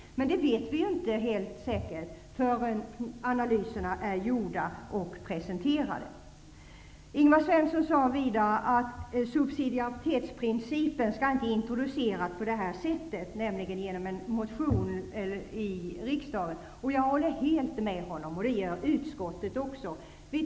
Men det vet vi ju inte helt säkert förrän analyserna är gjorda och presenterade. Ingvar Svensson sade vidare att subsidiaritetsprincipen inte skall introduceras på det här sättet, nämligen genom en motion till riksdagen. Jag håller helt med honom, och det gör utskottet också.